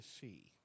see